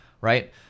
right